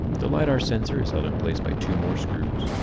the lidar sensor is held in place by two more screws.